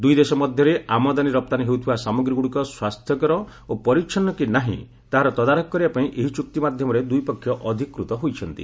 ଦୁଇ ଦେଶ ମଧ୍ୟରେ ଆମଦାନୀ ରପ୍ତାନୀ ହେଉଥିବା ସାମଗ୍ରୀଗୁଡ଼ିକ ସ୍ୱାସ୍ଥ୍ୟକର ଓ ପରିଚ୍ଛନ୍ନ କି ନାହିଁ ତାହାର ତଦାରଖ କରିବାପାଇଁ ଏହି ଚୁକ୍ତି ମାଧ୍ୟମରେ ଦୁଇ ପକ୍ଷ ଅଧିକୃତ ହୋଇଛନ୍ତି